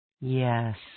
Yes